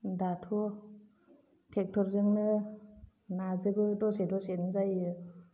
दाथ' टेक्टरजोंनो नाजोबो दसेयावनो जायो